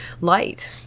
light